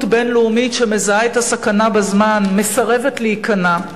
בין-לאומית שמזהה את הסכנה בזמן מסרבת להיכנע,